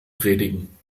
predigen